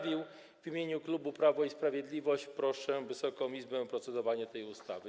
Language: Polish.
W imieniu klubu Prawo i Sprawiedliwość proszę Wysoką Izbę o procedowanie nad tą ustawą.